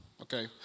Okay